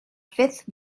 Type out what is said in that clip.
fifth